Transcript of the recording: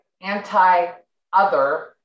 anti-other